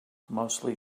mostly